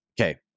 Okay